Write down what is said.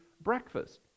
breakfast